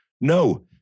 No